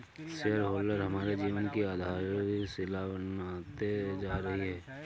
share holder हमारे जीवन की आधारशिला बनते जा रही है